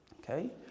Okay